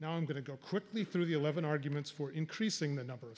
now i'm going to go quickly through the eleven arguments for increasing the number of